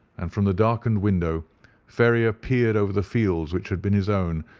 and from the darkened window ferrier peered over the fields which had been his own,